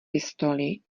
pistoli